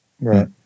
Right